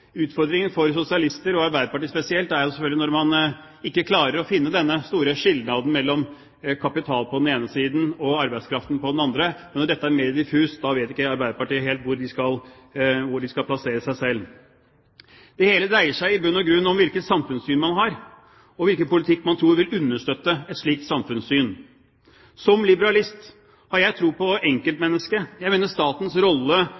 Utfordringen for sosialister, og Arbeiderpartiet spesielt, er når man ikke klarer å finne denne store skilnaden mellom kapitalen på den ene siden, og arbeidskraften på den andre. Når dette er mer diffust, vet ikke Arbeiderpartiet helt hvor de skal plassere seg. Det hele dreier seg i bunn og grunn om hvilket samfunnssyn man har, og hvilken politikk man tror vil understøtte et slikt samfunnssyn. Som liberalist har jeg tro på enkeltmennesket. Jeg mener statens rolle